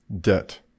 debt